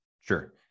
Sure